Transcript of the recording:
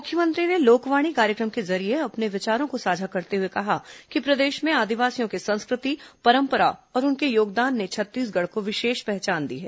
मुख्यमंत्री ने लोकवाणी कार्यक्रम के जरिये अपने विचारों को साझा करते हुए कहा कि प्रदेश में आदिवासियों की संस्कृति परम्परा और उनके योगदान ने छत्तीसगढ़ को विशेष पहचान दी है